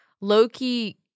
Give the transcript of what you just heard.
Loki